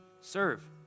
serve